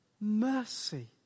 mercy